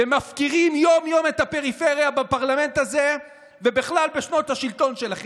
ומפקירים יום-יום את הפריפריה בפרלמנט הזה ובכלל בשנות השלטון שלכם,